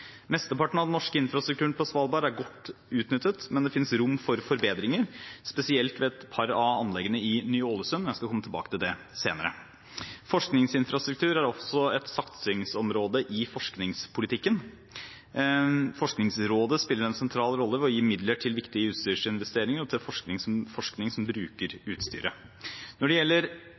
Mesteparten av den norske infrastrukturen på Svalbard er godt utnyttet, men det finnes rom for forbedringer, spesielt ved et par av anleggene i Ny-Ålesund. Jeg skal komme tilbake til dette senere. Forskningsinfrastruktur er også et satsingsområde i forskningspolitikken. Forskningsrådet spiller en sentral rolle ved å gi midler til viktige utstyrsinvesteringer og til forskning som bruker utstyret. Når det gjelder